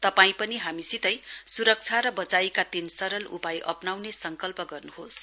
तपाई पनि हामीसितै सुरक्षा र वचाइका तीन सरल उपाय अप्नाउने संकल्प गर्नुहोस